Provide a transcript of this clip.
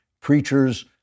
preachers